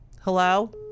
Hello